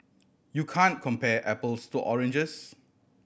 you can compare apples to oranges